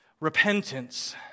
repentance